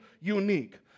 unique